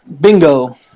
bingo